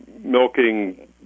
milking